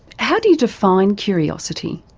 how do you define curiosity?